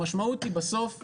המשמעות היא בסוף שאנחנו,